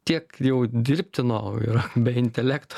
tiek jau dirbtino ir be intelekto